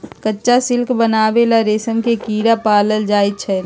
कच्चा सिल्क बनावे ला रेशम के कीड़ा पालल जाई छई